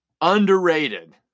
underrated